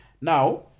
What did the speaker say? now